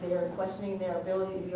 questioning their ability